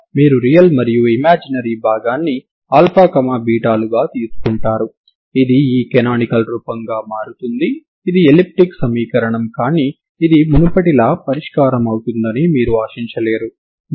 మీకు ఈ సరిహద్దు సమాచారాన్ని ఇస్తే అది పనిచేయకపోవచ్చు కాబట్టి సాధారణ విధానం ఏమిటంటే తరంగ సమీకరణం యొక్క సాధారణ పరిష్కారాన్ని నేరుగా కనుగొనడం